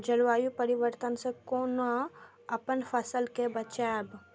जलवायु परिवर्तन से कोना अपन फसल कै बचायब?